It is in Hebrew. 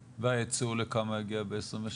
והייצוא לכמה יגיע ב- 2026?